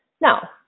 Now